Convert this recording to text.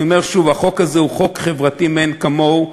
אני אומר שוב: החוק הזה הוא חוק חברתי מאין כמוהו,